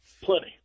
plenty